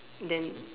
then